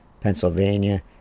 Pennsylvania